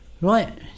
right